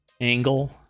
angle